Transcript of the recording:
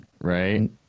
Right